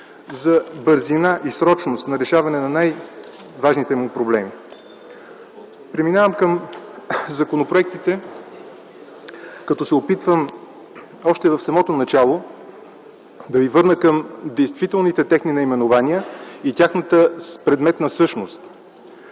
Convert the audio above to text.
за бързина и срочност на решаване на най-важните му проблеми. Преминавам към законопроектите като се опитвам още в самото начало да ви върна към действителните техни наименования и тяхната предметна същност.